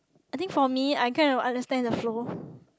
I think for me I kind of understand the flow